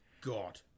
God